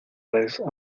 redes